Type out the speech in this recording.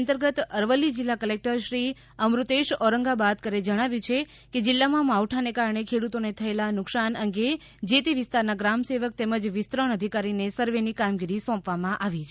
અરવલ્લી જિલ્લા કલેકટર શ્રી અમૃતેશ ઔરંગાબાદકરે જણાવ્યું છે કે જિલ્લામાં માવઠાને કારણે ખેડૂતોને થયેલા નુકસાન અંગે જ તે વિસ્તારના ગ્રામસેવક તેમજ વિસ્તરણ અધિકારીને સર્વેની કામગીરી સોંપવામાં આવી છે